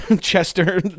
Chester